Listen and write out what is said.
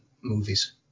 movies